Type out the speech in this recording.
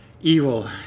evil